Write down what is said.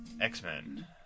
X-Men